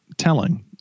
telling